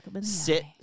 sit